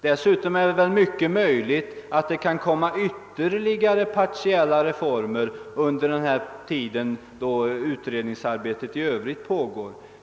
Dessutom är det väl mycket möjligt att man kan komma fram med ytterligare partiella reformer under den tid utredningsarbetet i övrigt pågår.